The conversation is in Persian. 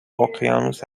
اقیانوس